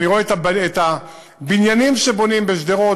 אני רואה את הבניינים שבונים בשדרות,